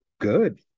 good